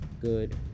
good